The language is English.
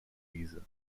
reason